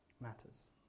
matters